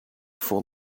for